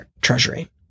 Treasury